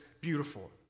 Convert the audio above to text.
beautiful